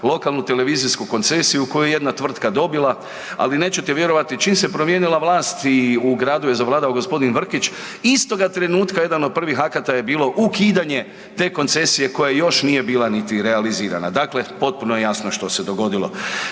lokalnu televizijsku koncesiju koju je jedna tvrtka dobila, ali nećete vjerovati čim se promijenila vlast i u gradu je zavladao gospodin Vrkić, istoga trenutaka jedan od prvih akta je bilo ukidanje te koncesije koja još nije bila niti realizirana. Dakle, potpuno je jasno što se dogodilo.